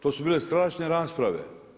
To su bile strašne rasprave.